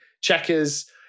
Checkers